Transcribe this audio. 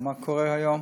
מה קורה היום.